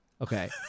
Okay